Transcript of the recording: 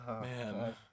Man